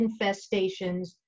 infestations